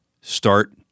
Start